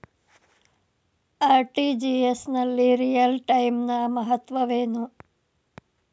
RTGS ನಲ್ಲಿ real time ನ ಮಹತ್ವವೇನು?